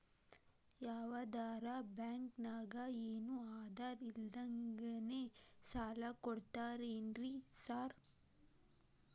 ಯಾವದರಾ ಬ್ಯಾಂಕ್ ನಾಗ ಏನು ಆಧಾರ್ ಇಲ್ದಂಗನೆ ಸಾಲ ಕೊಡ್ತಾರೆನ್ರಿ ಸಾರ್?